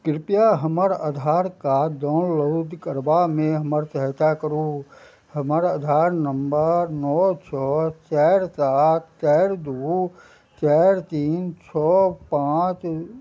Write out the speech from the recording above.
कृपया हमर Aadhaar card download करबामे हमर सहायता करू हमर आधार नंबर नओ छओ चारि सात चारि दू चारि तीन छओ पाँच